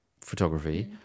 photography